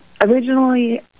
originally